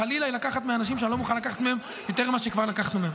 חלילה היא לקחת מאנשים שאני לא מוכן לקחת מהם יותר ממה שכבר לקחנו מהם.